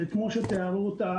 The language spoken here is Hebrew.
כמו שתיארו אותה,